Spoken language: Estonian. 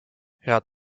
head